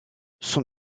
son